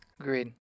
Agreed